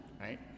right